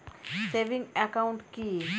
Savings account কি?